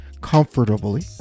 comfortably